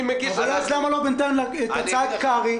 אז למה לא להעביר בינתיים את הצעת קרעי,